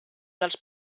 dels